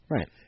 Right